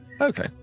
Okay